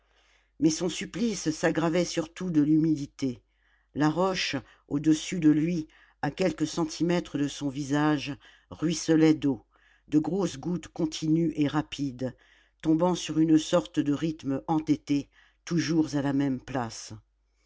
mais son supplice s'aggravait surtout de l'humidité la roche au-dessus de lui à quelques centimètres de son visage ruisselait d'eau de grosses gouttes continues et rapides tombant sur une sorte de rythme entêté toujours à la même place